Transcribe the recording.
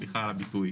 סליחה על הביטוי,